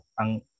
ang